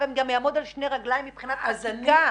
אם גם יעמוד על שתי רגליים מבחינת החקיקה,